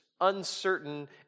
uncertain